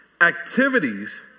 activities